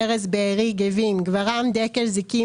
הנר אזור תעשייה דרומי אשקלון איבים ארז בארי גבים גברעם דקל זיקים